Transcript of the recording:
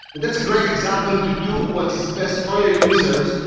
and that's a great example to do what is best for our users,